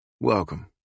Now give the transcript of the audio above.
Welcome